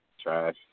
trash